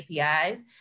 APIs